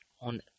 on